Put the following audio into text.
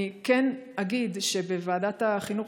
אני כן אגיד שבוועדת החינוך,